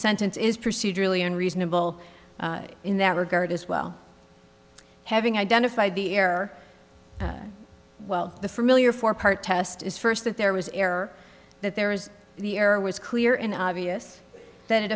sentence is procedurally unreasonable in that regard as well having identified the air well the familiar four part test is first that there was air that there was the air was clear and obvious that it